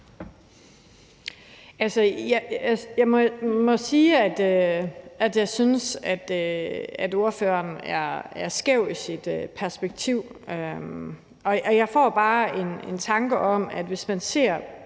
Jeg må sige, at jeg synes, at ordføreren er skæv i sit perspektiv. Og jeg får bare en tanke om, at hvis man ser